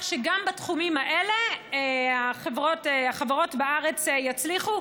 שגם בתחומים האלה החברות בארץ יצליחו.